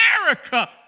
America